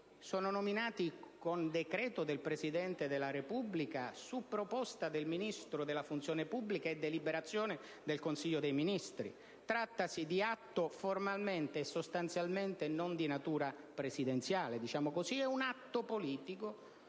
sono nominati con decreto del Presidente della Repubblica su proposta del Ministro per la pubblica amministrazione e l'innovazione e deliberazione del Consiglio dei Ministri. Trattasi di atto formalmente e sostanzialmente non di natura presidenziale, in quanto è un atto politico